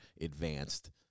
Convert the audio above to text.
advanced